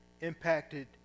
impacted